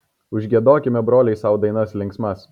užgiedokime broliai sau dainas linksmas